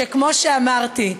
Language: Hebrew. שכמו שאמרתי,